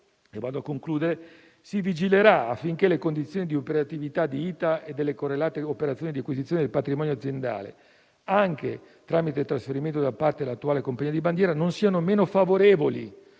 In ogni caso si vigilerà affinché le condizioni di operatività di ITA e delle correlate operazioni di acquisizione del patrimonio aziendale, anche tramite trasferimento da parte dell'attuale compagnia di bandiera, non siano meno favorevoli